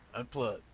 unplug